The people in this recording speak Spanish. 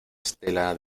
estela